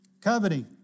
Coveting